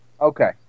Okay